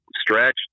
stretch